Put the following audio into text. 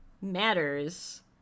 matters